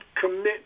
commit